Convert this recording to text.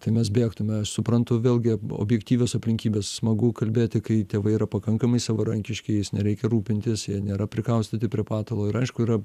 tai mes bėgtume aš suprantu vėlgi objektyvios aplinkybės smagu kalbėti kai tėvai yra pakankamai savarankiški jais nereikia rūpintis jie nėra prikaustyti prie patalo ir aišku yra